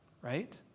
right